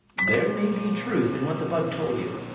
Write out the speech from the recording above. there may be truth in what the bug told you.